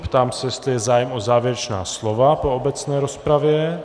Ptám se, jestli je zájem o závěrečná slova po obecné rozpravě?